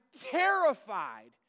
terrified